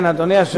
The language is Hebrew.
כן, אדוני.